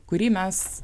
kurį mes